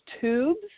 tubes